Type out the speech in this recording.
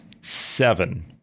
seven